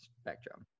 spectrum